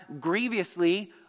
grievously